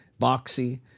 Boxy